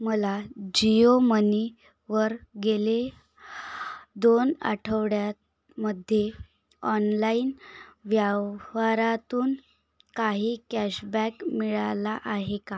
मला जिओ मनीवर गेले दोन आठवड्यांमध्ये ऑनलाइन व्यवहारातून काही कॅशबॅक मिळाला आहे का